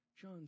John